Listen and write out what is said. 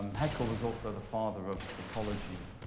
um haeckel was also the father of ecology.